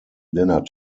dinner